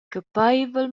capeivel